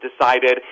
decided